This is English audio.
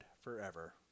forever